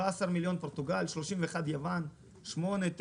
31 יוון, 9-8